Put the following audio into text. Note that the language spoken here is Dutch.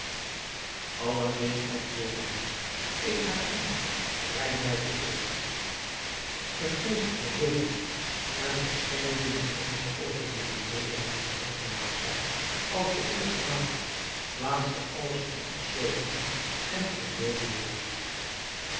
aladdin antwoordde hem ik heb honger breng mij te eten de geest verdween en verscheen binnen eenige oogenblikken weder met een zelfden maaltijd als de eerste maal plaatste alles op de sopha en verdween weder